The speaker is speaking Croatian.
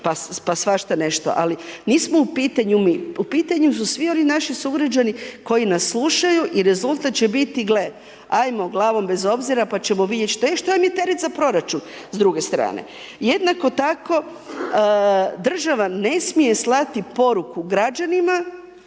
pa svašta nešto, ali nismo u pitanju mi, u pitanju su svi oni naši sugrađani koji nas slušaju i rezultat će biti gle ajmo glavom bez obzira pa ćemo vidjet što, em što vam je teret za proračun s druge strane. Jednako tako država ne smije slati poruku građanima